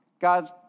God